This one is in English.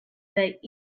that